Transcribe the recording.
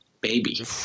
baby